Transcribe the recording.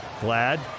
Glad